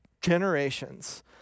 generations